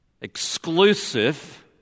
exclusive